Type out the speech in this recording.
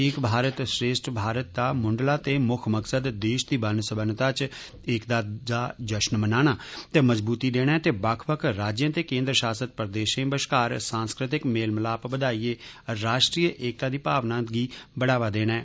एक भारत श्रेष्ठ भारत दा मुंडला ते मुक्ख मकसद देश दी बन सब्बनता च एकता दा जश्न मनाना ते मजबूती देना ऐ ते बक्ख बक्ख राज्यें ते केन्द्र शासत प्रदेशें बश्कार सांस्कृतिक मेल मिलाप बधाइए राष्ट्रीय एकता दी भावना गी बढ़ावा देना ऐ